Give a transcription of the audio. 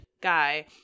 guy